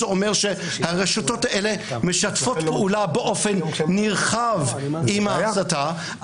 זה אומר שהרשתות האלה משתפות פעולה באופן נרחב עם ההסתה.